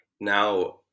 now